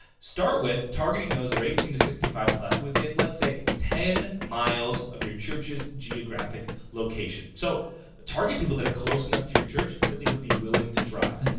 start with targeting those who are eighteen to sixty five plus, within let's say, ten miles of your church's geographic location. so, the target people that are close enough to your church, that they would be willing to drive.